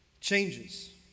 changes